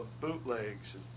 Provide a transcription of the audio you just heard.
bootlegs